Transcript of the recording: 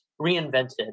reinvented